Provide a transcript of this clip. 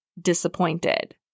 disappointed